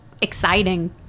exciting